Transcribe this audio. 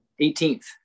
18th